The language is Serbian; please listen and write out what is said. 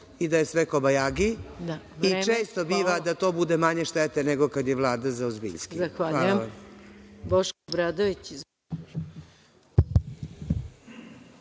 i da je sve kobajagi i često biva da to bude manje štete nego kad je Vlada za ozbiljski.